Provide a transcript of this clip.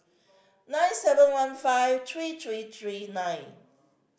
nine seven one five three three three nine